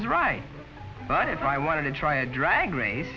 was right but if i wanted to try a drag race